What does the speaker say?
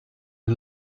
are